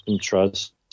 Trust